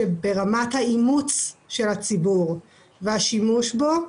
שברמת האימוץ של הציבור והשימוש בו,